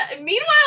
Meanwhile